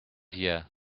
here